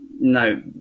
no